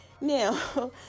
Now